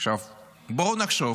בואו נחשוב